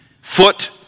foot